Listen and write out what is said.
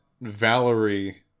Valerie